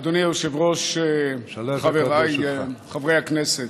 אדוני היושב-ראש חבריי חברי הכנסת,